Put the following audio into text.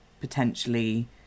potentially